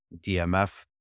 DMF